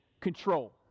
control